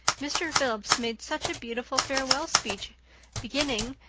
mr. phillips made such a beautiful farewell speech beginning,